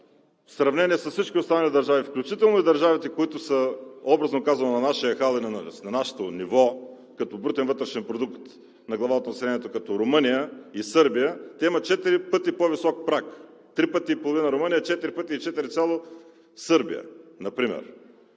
в сравнение с всички останали държави, включително и държавите, които са, образно казано, на нашия хал или на нашето ниво като брутен вътрешен продукт на глава от населението – като Румъния и Сърбия, те имат четири пъти по-висок праг – 3,5 пъти Румъния, 4,4 Сърбия например.